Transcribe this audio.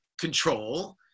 control